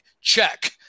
Check